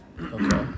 Okay